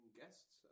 guests